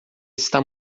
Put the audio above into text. está